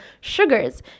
sugars